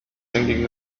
singing